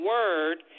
Word